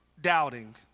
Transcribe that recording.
doubting